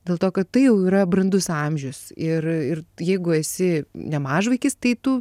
dėl to kad tai jau yra brandus amžius ir ir jeigu esi ne mažvaikis tai tu